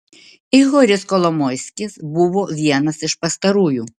ihoris kolomoiskis buvo vienas iš pastarųjų